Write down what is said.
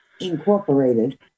Incorporated